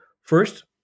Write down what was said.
first